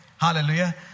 hallelujah